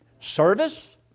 Service